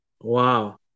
Wow